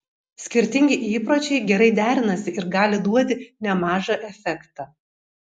skirtingi įpročiai gerai derinasi ir gali duoti nemažą efektą